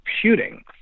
shooting